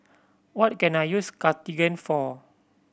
what can I use Cartigain for